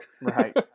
Right